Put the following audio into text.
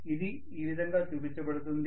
అది ఈ విధంగా చూపించబడుతుంది